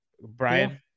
Brian